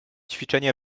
ćwiczenie